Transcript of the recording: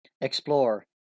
Explore